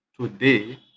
today